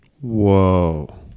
Whoa